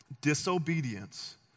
disobedience